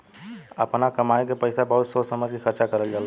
आपना कमाई के पईसा बहुत सोच समझ के खर्चा करल जाला